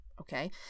okay